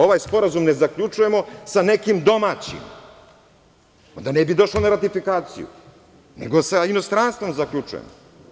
Ovaj sporazum ne zaključujemo sa nekim domaćim, onda ne bi došlo na ratifikaciju, nego sa inostranstvom zaključujemo.